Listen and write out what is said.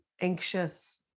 anxious